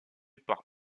par